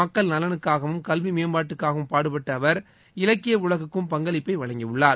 மக்கள் நலனுக்காகவும் கல்வி மேம்பாட்டுக்காகவும் பாடுபட்ட அவர் இலக்கிய உலகுக்கும் பங்களிப்பை வழங்கியுள்ளார்